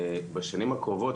בשנים הקרובות,